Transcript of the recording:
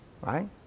Right